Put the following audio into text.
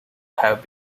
have